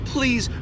Please